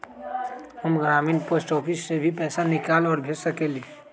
हम ग्रामीण post office से भी पैसा निकाल और भेज सकेली?